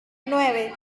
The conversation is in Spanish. nueve